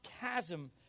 chasm